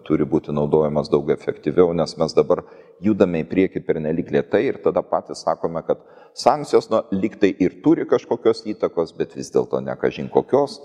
turi būti naudojamas daug efektyviau nes mes dabar judame į priekį pernelyg lėtai ir tada patys sakome kad sankcijos na lyg tai ir turi kažkokios įtakos bet vis dėlto ne kažin kokios